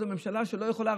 זו ממשלה שלא יכולה.